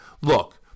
look